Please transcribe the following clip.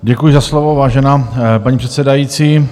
Děkuji za slovo, vážená paní předsedající.